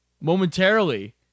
momentarily